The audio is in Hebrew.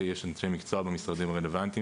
יש אנשי מקצוע במשרדים הרלוונטיים